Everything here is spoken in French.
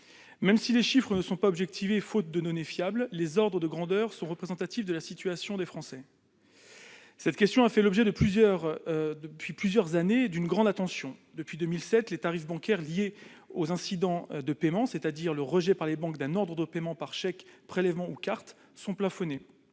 Même si les chiffres ne sont pas objectivés faute de données fiables, les ordres de grandeur sont représentatifs de la situation des Français. Cette question a fait l'objet d'une grande attention depuis plusieurs années : depuis 2007, les tarifs bancaires liés aux incidents de paiement, c'est-à-dire le rejet par les banques d'un ordre de paiement par chèque, prélèvement ou carte, sont plafonnés,